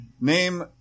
name